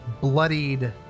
bloodied